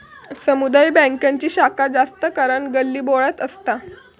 समुदाय बॅन्कांची शाखा जास्त करान गल्लीबोळ्यात असता